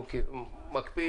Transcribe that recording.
הוא מקפיד